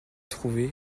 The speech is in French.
trouvé